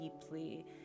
deeply